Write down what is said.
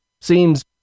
Seems